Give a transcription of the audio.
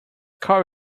car